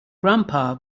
grandpa